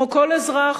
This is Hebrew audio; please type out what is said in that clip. כמו כל אזרח,